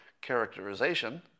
characterization